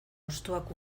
hostoak